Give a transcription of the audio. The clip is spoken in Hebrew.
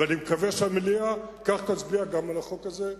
ואני מקווה שהמליאה כך תצביע גם על החוק הזה,